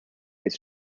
its